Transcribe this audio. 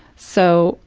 so,